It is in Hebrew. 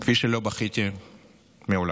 כפי שלא בכיתי מעולם,